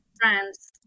France